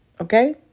Okay